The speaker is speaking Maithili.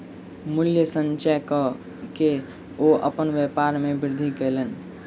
मूल्य संचय कअ के ओ अपन व्यापार में वृद्धि कयलैन